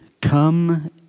Come